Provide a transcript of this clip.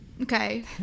Okay